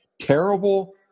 Terrible